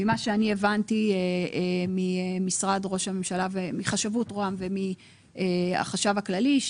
ממה שאני הבנתי ממשרד ראש הממשלה ומחשבות רוה"מ ומהחשב הכללי,